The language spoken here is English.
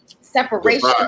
separation